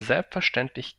selbstverständlich